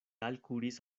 alkuris